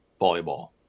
volleyball